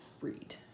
read